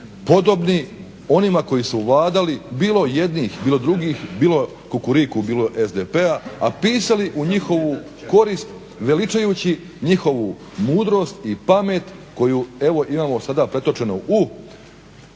podobni onima koji su vladali bilo jednih bilo drugih bilo Kukuriku bilo SDP-a, a pisali u njihovu korist veličajući njihovu mudrost i pamet koju evo imamo sada pretočenu u